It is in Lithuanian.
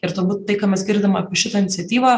ir turbūt tai ką mes girdim apie šitą iniciatyvą